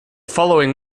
following